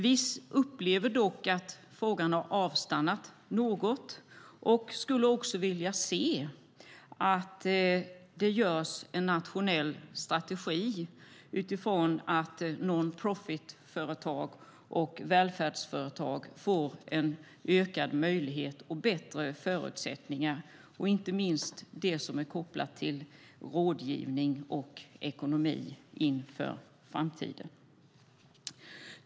Vi upplever dock att frågan har avstannat något och skulle också vilja se att det görs en nationell strategi utifrån att non-profit-företag och välfärdsföretag får en ökad möjlighet och bättre förutsättningar, inte minst i fråga om det som är kopplat till rådgivning och ekonomi inför framtiden.